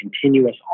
continuous